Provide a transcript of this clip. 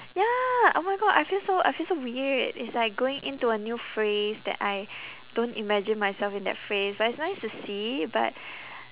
ya oh my god I feel so I feel so weird it's like going into a new phase that I don't imagine myself in that phase but it's nice to see but